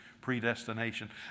predestination